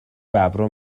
ببرا